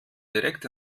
direkt